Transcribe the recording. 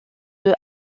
deux